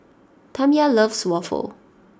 Tamya loves Waffle